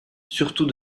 surtout